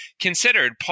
considered